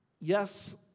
yes